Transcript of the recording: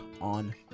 on